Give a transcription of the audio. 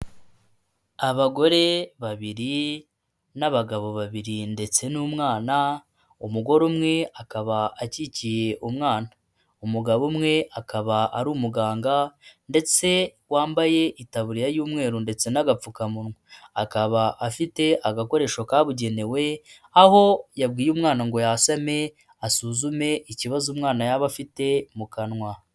Abagore babiri n'abagabo babiri ndetse n'umwana umugore umwe akaba akikiye umwana umugabo umwe akaba ari umuganga ndetse wambaye itaburiya y'umweru ndetse n'agapfukamunwa akaba afite agakoresho kabugenewe aho yabwiye umwana ngo yasame asuzume ikibazo umwana yaba afite mu kanwa .